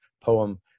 poem